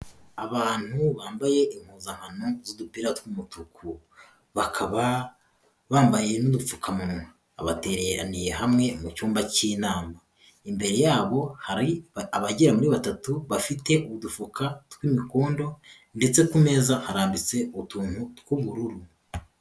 Abantu bambaye impuzankano z'udupira tw'umutuku, bakaba bambaye n'udupfukamuwa, batereraniye hamwe mu cyumba k'inama, imbere yabo hari abagera kuri batatu, bafite udufuka tw'imikondo ndetse ku meza harambitse utuntu tw'ubururu.